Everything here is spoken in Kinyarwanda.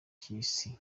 cy’isi